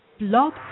Blog